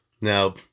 Now